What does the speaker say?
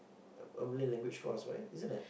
a Malay language course right isn't it